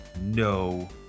no